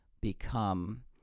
Become